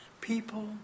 people